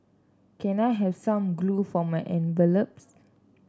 can I have some glue for my envelopes